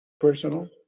personal